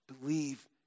Believe